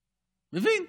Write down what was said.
מבין.